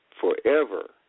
forever